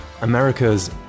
America's